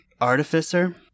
Artificer